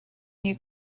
new